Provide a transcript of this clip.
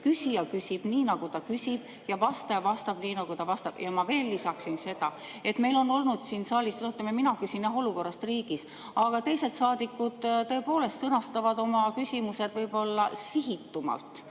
küsija küsib nii, nagu ta küsib, ja vastaja vastab nii, nagu ta vastab. Ma veel lisaksin seda, et meil on olnud siin saalis, no ütleme, mina küsin jah olukorrast riigis, aga teised saadikud tõepoolest sõnastavad oma küsimused võib-olla sihitumalt,